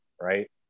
right